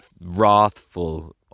wrathful